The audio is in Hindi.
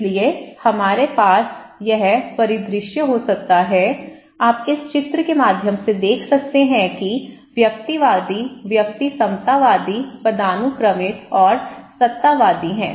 इसलिए हमारे पास यह परिदृश्य हो सकता है आप इस चित्र के माध्यम से देख सकते हैं कि व्यक्तिवादी व्यक्ति समतावादी पदानुक्रमित और सत्तावादी है